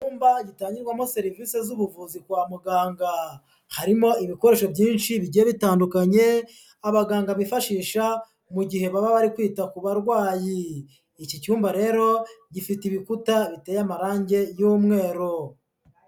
Icyumba gitangirwamo serivisi z'ubuvuzi kwa muganga, harimo ibikoresho byinshi bigiye bitandukanye abaganga bifashisha mu gihe baba bari kwita ku barwayi. Iki cyumba rero gifite ibikuta biteye amarangi y'umweru.